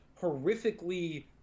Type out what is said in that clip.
horrifically